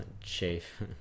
chief